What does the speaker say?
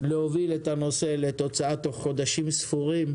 להוביל את הנושא לתוצאה תוך חודשים ספורים,